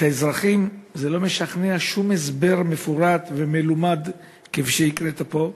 את האזרחים לא משכנע שום הסבר מפורט ומלומד כפי שהקראת פה,